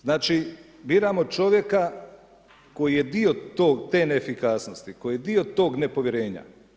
Znači, biramo čovjeka koji je dio te neefikasnosti, koji je dio tog nepovjerenja.